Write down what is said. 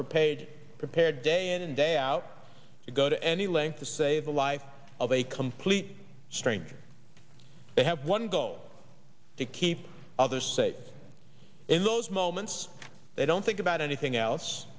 are paid prepared day in and day out to go to any length to save the life of a complete stranger they have one goal to keep others safe in those moments they don't think about anything else